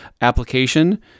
application